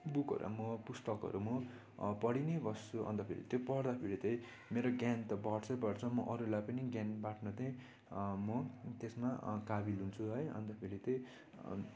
बुकहरू म पुस्तकहरू म पढी नै बस्छु अन्त फेरि त्यो पढ्दा फेरि त्यही मेरो ज्ञान त बढ्छै बढ्छ म अरूलाई पनि ज्ञान बाँड्न त्यही म त्यसमा काबिल हुन्छु है अन्त फेरि त्यही